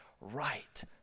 right